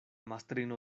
mastrino